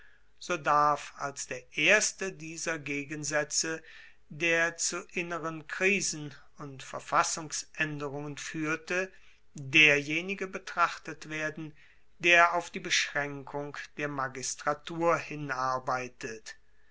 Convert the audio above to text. so darf als der erste dieser gegensaetze der zu inneren krisen und verfassungsaenderungen fuehrte derjenige betrachtet werden der auf die beschraenkung der magistratur